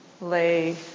lay